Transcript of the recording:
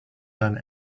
done